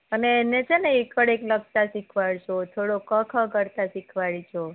અને એને છે ને એકડ એક લખતા શિખવાડજો થોડો ક ખ કરતા શીખવાડજો